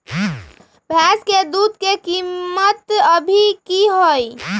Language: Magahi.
भैंस के दूध के कीमत अभी की हई?